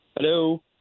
Hello